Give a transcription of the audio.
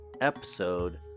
episode